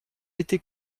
était